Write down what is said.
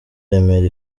remera